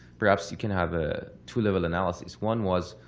perhaps you can have a two-level analysis. one was,